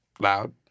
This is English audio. loud